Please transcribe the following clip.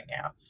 now